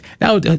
Now